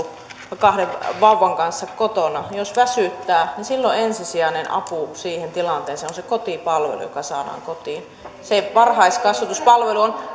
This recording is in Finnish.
ollut kahden vauvan kanssa kotona eli jos väsyttää niin silloin ensisijainen apu siihen tilanteeseen on se kotipalvelu joka saadaan kotiin se varhaiskasvatuspalvelu